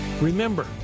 Remember